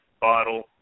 bottle